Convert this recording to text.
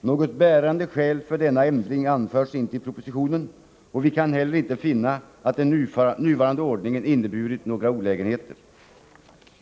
Något bärande skäl för denna ändring anförs inte i propositionen, och vi kan heller inte finna att den nuvarande ordningen inneburit några olägenheter.